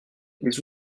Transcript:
les